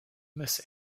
miss